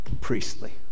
priestly